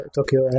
Tokyo